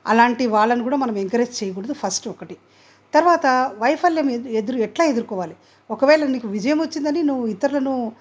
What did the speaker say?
ఆలాంటి వాళ్ళను కూడా మనం ఎంకరేజ్ చేయకూడదు ఫస్ట్ ఒకటి తరువాత వైఫల్యం ఎదురు ఎట్లా ఎదురుకోవాలి ఒకవేళ నీకు విజయం వచ్చిందని నువ్వు ఇతరులను